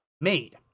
made